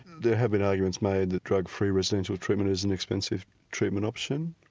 there have been arguments made that drug free residential treatment is an expensive treatment option,